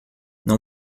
não